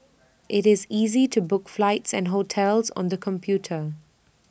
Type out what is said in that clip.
IT is easy to book flights and hotels on the computer